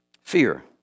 fear